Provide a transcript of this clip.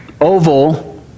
oval